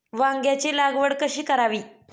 वांग्यांची लागवड कशी करावी?